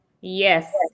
Yes